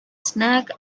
snack